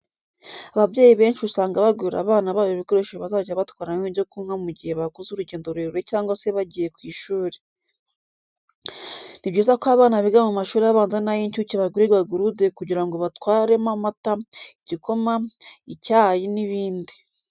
Ababyeyi benshi usanga bagurira abana babo ibikoresho bazajya batwaramo ibyo kunywa mu gihe bakoze urugendo rurerure cyangwa se bagiye ku ishuri. Ni byiza ko abana biga mu mashuri abanza n'ay'incuke bagurirwa gurude kugira ngo batwaremo amata, igikoma, icyayi n'ibindi.